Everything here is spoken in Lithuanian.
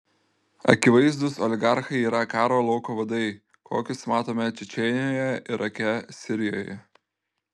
akivaizdūs oligarchai yra karo lauko vadai kokius matome čečėnijoje irake sirijoje